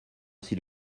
s’il